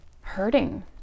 hurting